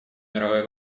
мировой